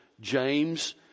James